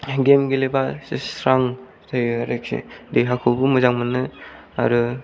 game गेलेबासो स्रां जायो आरोखि देहाखौबो मोजां मोनो आरो